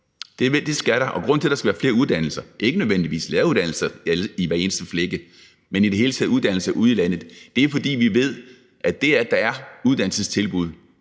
Det skal der, og grunden til, at der skal være flere uddannelser – ikke nødvendigvis læreruddannelser i hver eneste flække, men i det hele taget uddannelser ude i landet – er, at vi ved, at det, at der er uddannelsestilbud